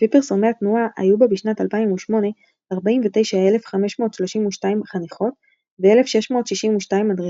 לפי פרסומי התנועה היו בה בשנת 2008 49,532 חניכות ו-1,862 מדריכות,